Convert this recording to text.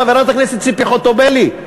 חברת הכנסת ציפי חוטובלי,